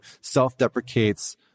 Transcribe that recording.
self-deprecates